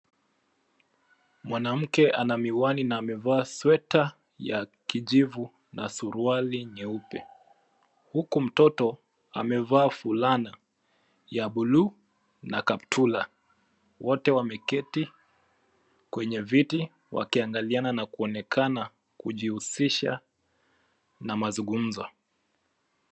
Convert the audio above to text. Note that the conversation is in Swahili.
Mwanamke ana miwani na amevaa sweta ya kijivu na suruali nyeupe. Huku mtoto amevaa fulana ya buluu na kaptula. Wote wameketi kwenye viti wakiangaliana na kuonekana kujihusisha na mazungumzo.